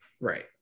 right